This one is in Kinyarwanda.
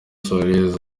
suarez